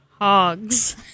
Hogs